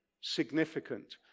significant